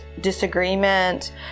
disagreement